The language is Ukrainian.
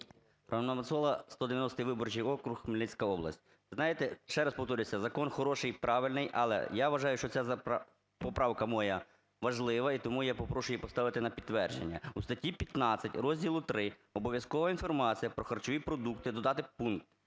Роман Мацола, 190-й виборчий округ, Хмельницька область. Ви знаєте, ще раз повторюся, закон хороший і правильний. Але я вважаю, що ця поправка моя важлива і тому я попрошу її поставити на підтвердження. У статті 15, Розділу ІІІ "Обов'язкова інформація про харчові продукти" додати пункт: